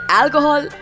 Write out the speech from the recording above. alcohol